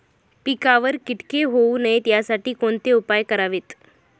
पिकावर किटके होऊ नयेत यासाठी कोणते उपाय करावेत?